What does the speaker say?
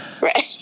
Right